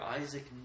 Isaac